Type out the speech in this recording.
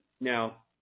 Now